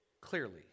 clearly